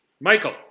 Michael